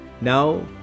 Now